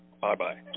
bye-bye